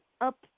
up